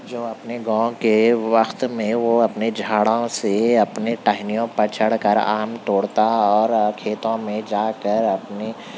جو اپنے گاؤں کے وقت میں وہ اپنے جھاڑاں سے اپنے ٹہنیوں پر چڑھ کر آم توڑتا اور کھیتوں میں جا کر اپنے